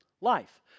Life